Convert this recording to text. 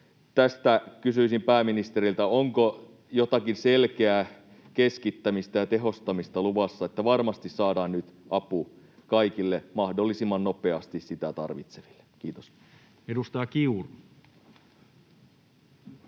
tästä kysyisin pääministeriltä: onko jotakin selkeää keskittämistä ja tehostamista luvassa, että varmasti saadaan mahdollisimman nopeasti apu nyt kaikille sitä tarvitseville? Edustaja Kiuru.